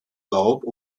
laub